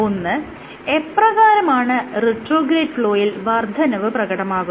ഒന്ന് എപ്രകാരമാണ് റിട്രോഗ്രേഡ് ഫ്ലോയിൽ വർദ്ധനവ് പ്രകടമാകുന്നത്